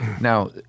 Now